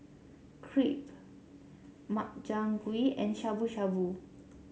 Crepe Makchang Gui and Shabu Shabu